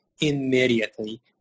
immediately